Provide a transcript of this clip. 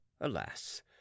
alas